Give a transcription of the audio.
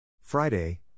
Friday